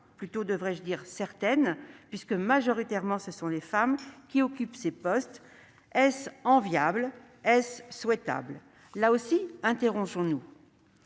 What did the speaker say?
plutôt devrais-je dire « certaines » puisque majoritairement ce sont des femmes qui occupent ces postes, est-ce enviable, est-ce souhaitable ? Là aussi, interrogeons-nous.